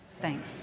Thanks